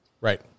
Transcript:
Right